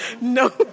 No